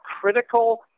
critical